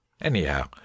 Anyhow